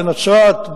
בנצרת,